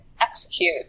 execute